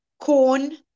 corn